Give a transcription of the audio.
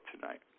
tonight